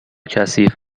کثیف